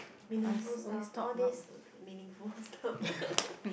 meaningful stuff all this meaningful stuff